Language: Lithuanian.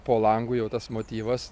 po langu jau tas motyvas